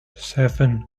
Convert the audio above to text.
seven